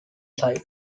site